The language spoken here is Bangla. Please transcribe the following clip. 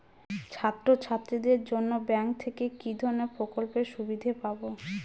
ছাত্রছাত্রীদের জন্য ব্যাঙ্ক থেকে কি ধরণের প্রকল্পের সুবিধে পাবো?